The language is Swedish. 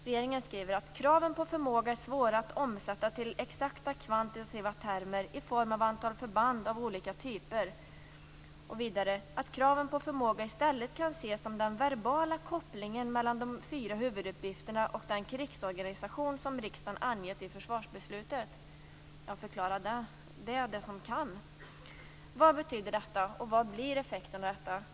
Regeringen skriver att kraven på förmåga är svåra att omsätta till exakta kvantitativa termer i form av antal förband av olika typer. Vidare kan kraven på förmåga i stället ses som den verbala kopplingen mellan de fyra huvuduppgifterna och den krigsorganisation som riksdagen angett i försvarsbeslutet. Förklara det den som kan! Vad betyder detta, och vad blir effekterna av detta?